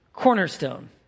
Cornerstone